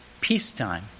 peacetime